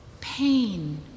Pain